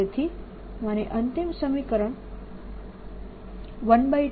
અને તેથી માની અંતિમ સમીકરણ 12dr